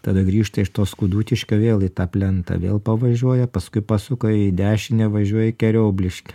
tada grįžta iš to skudutiškio vėl į tą plentą vėl pavažiuoja paskui pasuka į dešinę važiuoja į keriobliškį